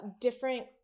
different